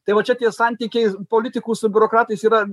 tai va čia tie santykiai politikų su biurokratais yra